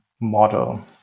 model